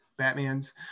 Batmans